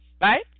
Right